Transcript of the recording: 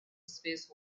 space